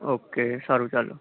okay સારું ચાલો